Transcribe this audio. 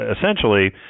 essentially